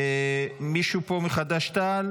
יש מישהו פה מחד"ש-תע"ל?